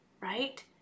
right